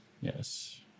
yes